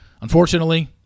unfortunately